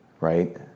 right